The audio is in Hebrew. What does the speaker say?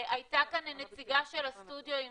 הייתה כאן נציגה של הסטודיואים